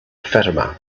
fatima